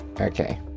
Okay